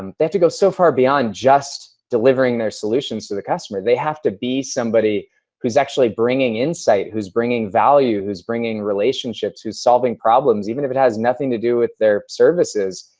um they have to go so far beyond just delivering their solutions to the customer. they have to be somebody who's actually bringing insight, who's bringing value, who's bringing relationships, who's solving problems even if it has nothing to do with their services.